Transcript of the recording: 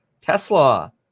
Tesla